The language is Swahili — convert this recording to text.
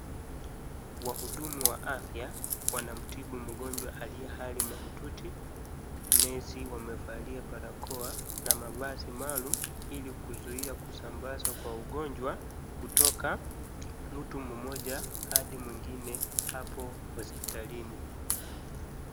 Wahudumu wa afya wanamtibu mgonjwa aliye hali mahututi. Nesi wamevalia barakoa na mavazi maalum iki kuzuilia kusambaza kwa ugonjwa kutoka mtu mmoja hadi mwingine hapo hospitalini.